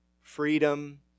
freedom